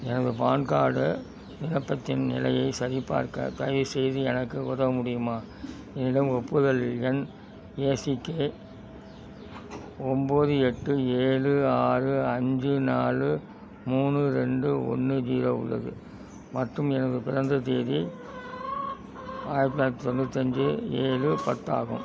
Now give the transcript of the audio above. எனது PAN card விண்ணப்பத்தின் நிலையை சரிபார்க்க தயவுசெய்து எனக்கு உதவ முடியுமா என்னிடம் ஒப்புதல் எண் ஏ சி கே ஒம்போது எட்டு ஏழு ஆறு அஞ்சு நாலு மூணு ரெண்டு ஒன்று ஜீரோ உள்ளது மற்றும் எனது பிறந்த தேதி ஆயிரத்தி தொள்ளாயிரத்தி தொண்ணூற்றி அஞ்சு ஏழு பத்து ஆகும்